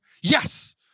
yes